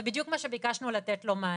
זה בדיוק מה שביקשנו לתת לו מענה.